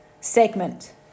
segment